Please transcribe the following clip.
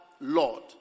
Lord